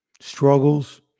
struggles